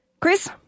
Chris